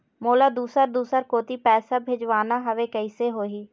मोला दुसर दूसर कोती पैसा भेजवाना हवे, कइसे होही?